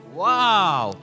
wow